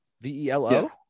V-E-L-O